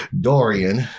Dorian